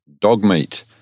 Dogmeat